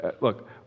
look